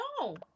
No